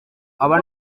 aba